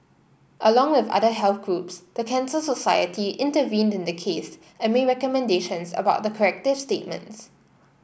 along with other health groups the Cancer Society intervened in the case and made recommendations about the corrective statements